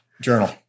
Journal